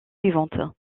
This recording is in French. suivante